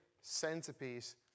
centerpiece